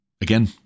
Again